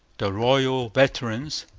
the royal veterans,